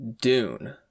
dune